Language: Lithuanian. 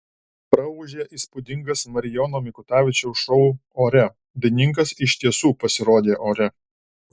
praūžė įspūdingas marijono mikutavičiaus šou ore dainininkas iš tiesų pasirodė ore